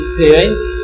parents